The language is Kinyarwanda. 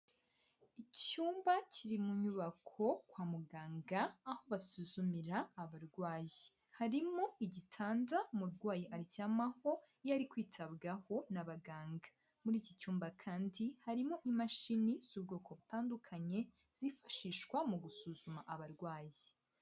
Icyumba kiri mu nyubako kwa muganga, aho basuzumira abarwayi, harimo igitanda umurwayi aryamaho iyo ari kwitabwaho n'abaganga, muri iki cyumba kandi harimo imashini z'ubwoko butandukanye zifashishwa mu gusuzuma abarwayi.